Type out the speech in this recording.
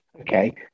Okay